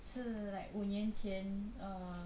是 like 五年前 err